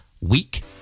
week